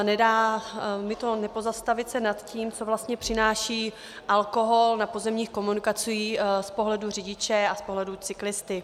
Nedá mi to nepozastavit se nad tím, co vlastně přináší alkohol na pozemních komunikacích z pohledu řidiče a z pohledu cyklisty.